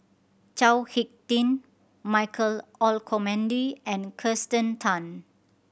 Chao Hick Tin Michael Olcomendy and Kirsten Tan